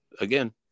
again